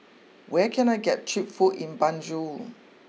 where can I get cheap food in Banjul